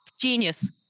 genius